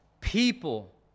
people